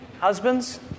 husbands